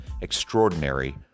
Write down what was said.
extraordinary